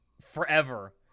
forever